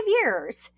years